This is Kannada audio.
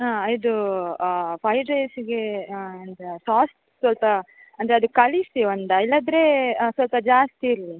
ಆಂ ಇದು ಫೈಡ್ ರೈಸಿಗೆ ಎಂತ ಸಾಸ್ ಸ್ವಲ್ಪ ಅಂದರೆ ಅದು ಕಳಿಸಿ ಒಂದು ಇಲ್ಲಾಂದ್ರೆ ಸ್ವಲ್ಪ ಜಾಸ್ತಿ ಇರಲಿ